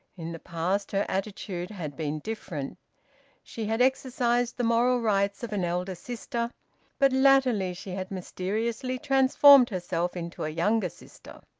in the past her attitude had been different she had exercised the moral rights of an elder sister but latterly she had mysteriously transformed herself into a younger sister.